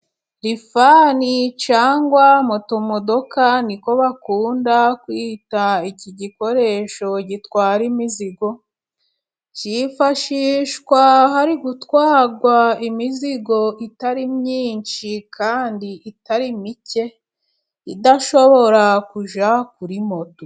Rifani cyangwa motomodoka niko bakunda kwita iki gikoresho gitwara imizigo. Cyifashishwa hari gutwagwa imizigo itari myinshi kandi itari mike idashobora kujya kuri moto.